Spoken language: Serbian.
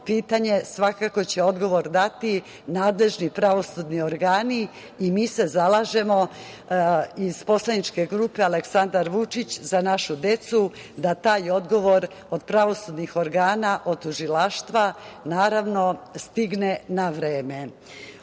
pitanje svakako će odgovor dati nadležni pravosudni organi i mi se zalažemo iz poslaničke grupe „Aleksandar Vučić – Za našu decu“ da taj odgovor pravosudnih organa, od tužilaštva, naravno, stigne na vreme. Ono